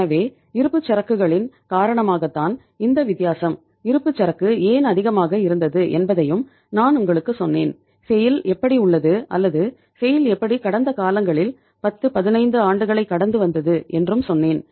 எனவே இருப்புச்சரக்குகளின் காரணமாகத் தான் இந்த வித்தியாசம் இருப்புச்சரக்கு ஏன் அதிகமாக இருந்தது என்பதையும் நான் உங்களுக்குச் சொன்னேன் செய்ல் எப்படி கடந்த காலங்களில் 10 15 ஆண்டுகளை கடந்து வந்தது என்றும் சொன்னேன்